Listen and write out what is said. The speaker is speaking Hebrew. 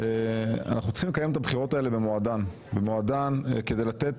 אנחנו צריכים לקיים את הבחירות האלה במועדן כדי לתת